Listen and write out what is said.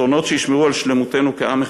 פתרונות שישמרו על שלמותנו כעם אחד.